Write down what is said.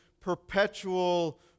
perpetual